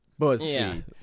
BuzzFeed